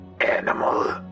animal